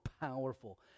powerful